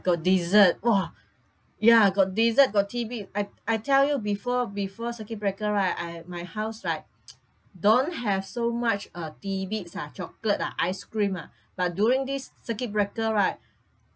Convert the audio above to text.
got dessert !wah! ya got dessert got tidbit I I tell you before before circuit breaker right I my house like don't have so much uh tidbits ah chocolate ah ice cream ah but during this circuit breaker right